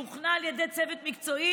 שהוכנה על ידי צוות מקצועי,